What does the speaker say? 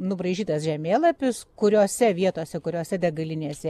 nubraižytas žemėlapis kuriose vietose kuriose degalinėse